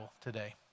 today